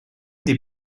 des